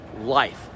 life